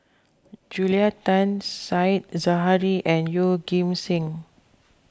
Julia Tan Said Zahari and Yeoh Ghim Seng